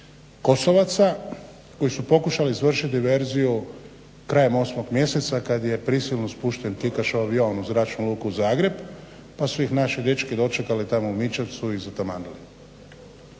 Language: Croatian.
Kosovaca koji su pokušali izvršit diverziju krajem 8. mjeseca kad je prisilno spušten … aviona u Zračnu luku Zagreb pa su ih naši dečki dočekali tamo u Mičevcu i ….